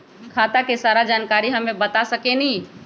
खाता के सारा जानकारी हमे बता सकेनी?